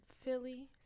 philly